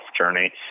journey